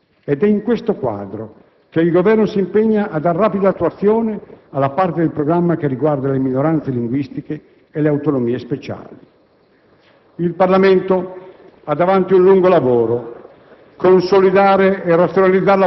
e le conseguenti responsabilità nella gestione delle risorse. È in questo quadro che il Governo si impegna a dare rapida attuazione alla parte del programma che riguarda le minoranze linguistiche e le autonomie speciali.